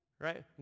right